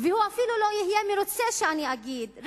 והוא אפילו לא יהיה מרוצה כשאני אגיד,